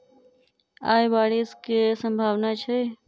आय बारिश केँ सम्भावना छै?